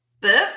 book